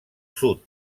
sud